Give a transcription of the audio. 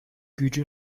gücü